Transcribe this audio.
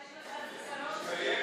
יש לך זיכרון סלקטיבי.